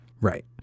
Right